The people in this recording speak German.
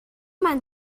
man